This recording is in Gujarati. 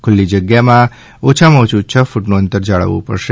ખુલ્લી જગ્યામાં ઓછામાં ઓછું છ ફૂટનું અંતર જાળવવું પડશે